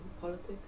politics